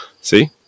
See